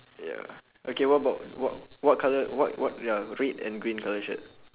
ya okay what about what what colour what what ya red and green colour shirt